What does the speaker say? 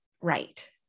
right